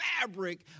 fabric